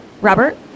Robert